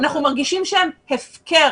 אנחנו מרגישים שהם הפקר